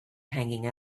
hanging